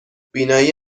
بینایی